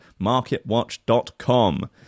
MarketWatch.com